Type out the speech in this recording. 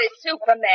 superman